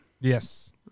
Yes